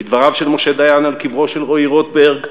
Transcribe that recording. כדבריו של משה דיין על קברו של רועי רוטברג,